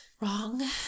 wrong